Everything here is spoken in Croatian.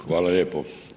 Hvala lijepo.